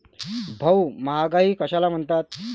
भाऊ, महागाई कशाला म्हणतात?